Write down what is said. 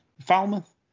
Falmouth